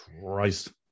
Christ